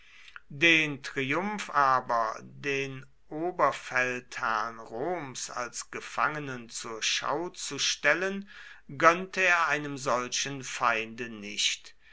den triumph aber den oberfeldherrn roms als gefangenen zur schau zu stellen gönnte er einem solchen feinde nicht